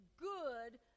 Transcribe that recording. good